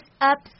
ups